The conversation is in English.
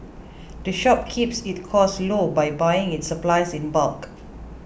the shop keeps its costs low by buying its supplies in bulk